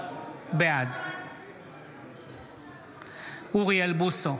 בעד אוריאל בוסו,